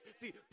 See